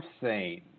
seen